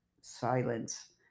silence